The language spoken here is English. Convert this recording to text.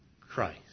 Christ